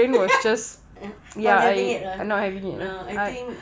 not having it ah no I think